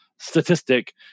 statistic